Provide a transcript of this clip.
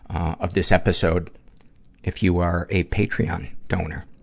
of this episode if you are a patreon donor.